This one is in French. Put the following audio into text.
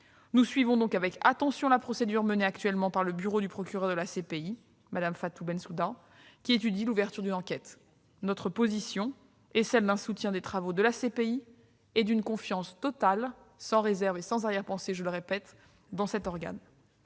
Nous suivons donc avec attention la procédure actuellement menée par le bureau du procureur de la CPI, Mme Fatou Bensouda, qui étudie l'ouverture d'une enquête. Notre position consiste à soutenir les travaux de la CPI et à faire une confiance totale, sans réserve et sans arrière-pensée, à cet organe.